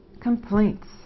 complaints